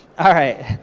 alright,